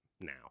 now